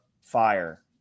fire